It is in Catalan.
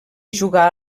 jugà